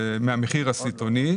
מהמחיר הסיטונאי.